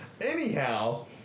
anyhow